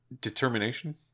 determination